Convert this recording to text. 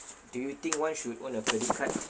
do you think one should own a credit card